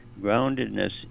groundedness